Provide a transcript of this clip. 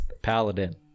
paladin